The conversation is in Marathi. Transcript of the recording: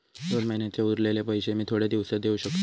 दोन महिन्यांचे उरलेले पैशे मी थोड्या दिवसा देव शकतय?